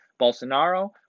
Bolsonaro